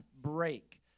break